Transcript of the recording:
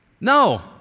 no